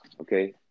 okay